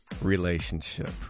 relationship